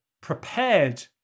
prepared